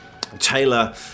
Taylor